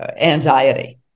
anxiety